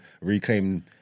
reclaim